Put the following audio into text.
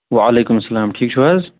وَعلیکُم سلام ٹھیٖک چھِو حظ